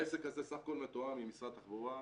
העסק הזה בסך הכל מתואם עם משרד התחבורה.